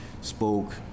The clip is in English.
spoke